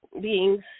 beings